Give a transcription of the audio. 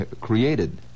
created